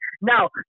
Now